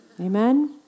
Amen